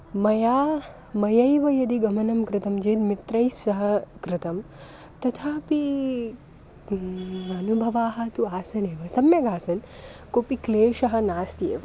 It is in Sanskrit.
मया मयैव यदि गमनं कृतं चेत् मित्रैस्सह कृतं तथापि अनुभवाः तु आसन्नेव सम्यगासन् कोपि क्लेशः नास्ति एव